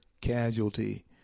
casualty